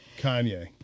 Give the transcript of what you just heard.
Kanye